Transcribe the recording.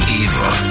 evil